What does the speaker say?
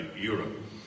Europe